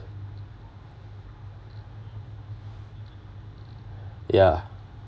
ya